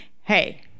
hey